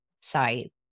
site